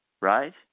right